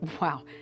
Wow